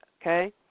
okay